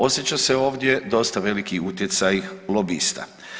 Osjeća se ovdje dosta veliki utjecaj lobista.